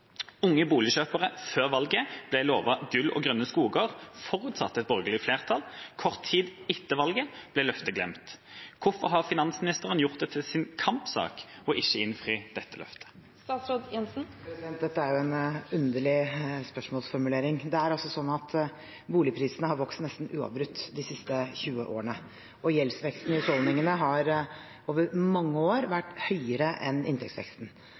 Hvorfor har statsråden gjort det til sin kampsak ikke å innfri dette løftet?» Dette er jo en underlig spørsmålsformulering. Boligprisene har vokst nesten uavbrutt de siste 20 årene, og gjeldsveksten i husholdningene har over mange år vært høyere enn inntektsveksten.